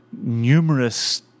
numerous